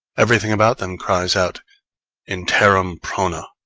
everything about them cries out in terram prona!